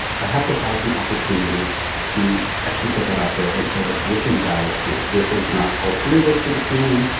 i have to have the opportunity to actually put that out there and say, like, this is valid, too. this is not alternative to the canon.